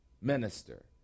minister